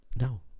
no